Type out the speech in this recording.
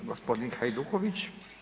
I gospodin Hajduković.